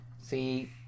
see